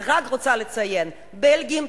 ואני רק רוצה לציין: בלגים,